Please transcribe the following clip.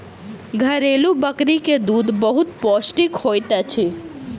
घरेलु बकरी के दूध बहुत पौष्टिक होइत अछि